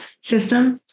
system